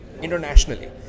Internationally